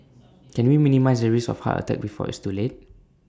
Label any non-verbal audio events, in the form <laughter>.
<noise> can we minimise the risk of heart attack before it's too late